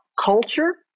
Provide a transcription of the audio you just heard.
culture